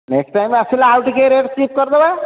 next time ଆସିଲେ ଆଉ ଟିକିଏ ରେଟ୍ ଫିକ୍ସ କରିଦେବା